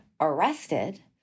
arrested